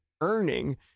earning